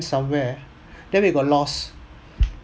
somewhere then we got lost